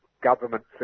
governments